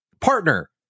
partner